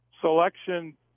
selection